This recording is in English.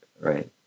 right